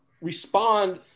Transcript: respond